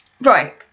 Right